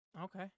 Okay